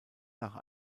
nach